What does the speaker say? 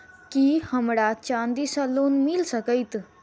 की हमरा चांदी सअ लोन मिल सकैत मे?